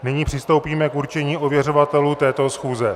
Nyní přistoupíme k určení ověřovatelů této schůze.